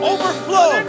Overflow